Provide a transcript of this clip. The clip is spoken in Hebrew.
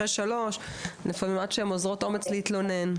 שלוש עד שהן אוזרות אומץ להתלונן.